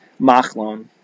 Machlon